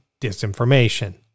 disinformation